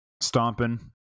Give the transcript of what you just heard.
stomping